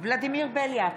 ולדימיר בליאק,